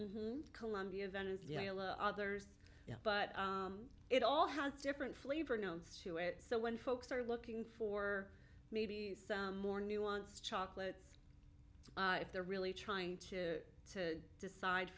leave colombia venezuela others but it all has different flavor notes to it so when folks are looking for maybe some more nuanced chocolates if they're really trying to to decide